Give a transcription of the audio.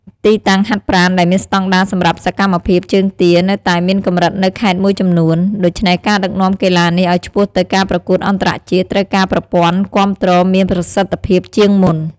ទីតាំងហាត់ប្រាណដែលមានស្តង់ដារសម្រាប់សកម្មភាពជើងទានៅតែមានកម្រិតនៅខេត្តមួយចំនួន ដូច្នេះការដឹកនាំកីឡានេះឲ្យឆ្ពោះទៅការប្រកួតអន្តរជាតិ ត្រូវការប្រព័ន្ធគាំទ្រមានប្រសិទ្ធិភាពជាងមុន។